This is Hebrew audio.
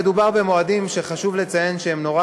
מדובר במועדים שחשוב לציין שהם נורא